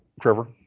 Trevor